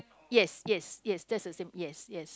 yes yes yes that's the same yes yes